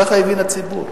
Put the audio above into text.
ככה הבין הציבור.